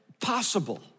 possible